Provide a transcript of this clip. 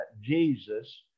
jesus